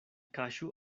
kaŝu